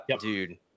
dude